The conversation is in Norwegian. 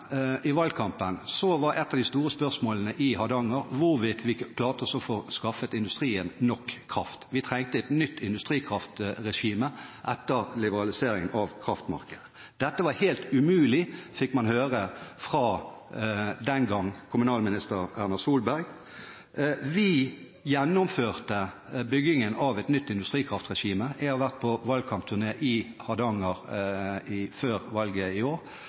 var et av de store spørsmålene i Hardanger hvorvidt vi klarte å få skaffet industrien nok kraft. Vi trengte et nytt industrikraftregime etter liberaliseringen av kraftmarkedet. Dette var helt umulig, fikk man høre fra den gang kommunalminister Erna Solberg. Vi gjennomførte byggingen av et nytt industrikraftregime. Før valget i år var jeg på valgkampturné i Hardanger. Industrien og fagbevegelsen i